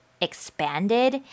expanded